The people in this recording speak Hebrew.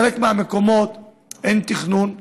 בחלק מהמקומות אין תכנון,